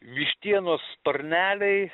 vištienos sparneliai